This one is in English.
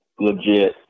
legit